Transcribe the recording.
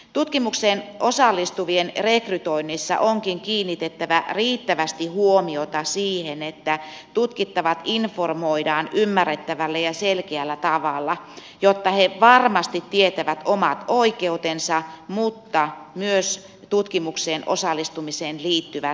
tutkimukseen osallistuvien rekrytoinnissa onkin kiinnitettävä riittävästi huomiota siihen että tutkittavat informoidaan ymmärrettävällä ja selkeällä tavalla jotta he varmasti tietävät omat oikeutensa mutta myös tutkimukseen osallistumiseen liittyvä